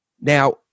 now